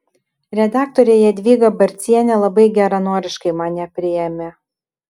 redaktorė jadvyga barcienė labai geranoriškai mane priėmė